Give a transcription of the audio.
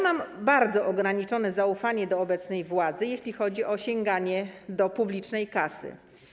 Mam bardzo ograniczone zaufanie do obecnej władzy, jeśli chodzi o sięganie do publicznej kasy.